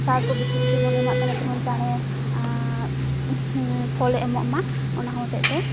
ᱥᱟᱨᱠᱚ ᱵᱮᱥᱤ ᱵᱤᱥᱤᱵᱚᱱ ᱮᱢᱟᱜ ᱠᱟᱱᱟ ᱡᱮᱢᱚᱱ ᱪᱟᱬᱮ ᱯᱷᱚᱞᱮ ᱮᱢᱚᱜ ᱢᱟ ᱚᱱᱟ ᱦᱚᱛᱮᱡᱛᱮ